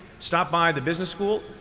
stopped by the business school,